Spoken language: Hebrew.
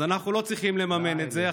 אז אנחנו לא צריכים לממן את זה.